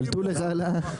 אני נותן לך רשות דיבור.